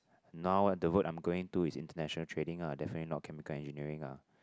now ah the work I'm going to is international trading ah definitely not chemical engineering ah